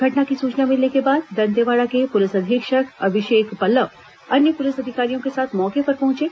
घटना की सूचना मिलने के बाद दंतेवाड़ा के पुलिस अधीक्षक अभिषेक पल्लव अन्य पुलिस अधिकारियों के साथ मौके पर पहुंचे